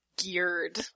geared